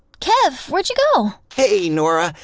kev, where'd you go? hey, nora.